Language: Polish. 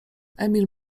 emil